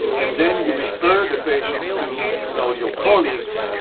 and then you refer the patient to you know your colleagues.